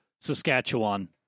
Saskatchewan